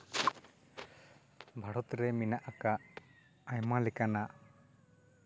ᱵᱷᱟᱨᱚᱛ ᱨᱮ ᱢᱮᱱᱟᱜ ᱟᱠᱟᱫ ᱟᱭᱢᱟ ᱞᱮᱠᱟᱱᱟᱜ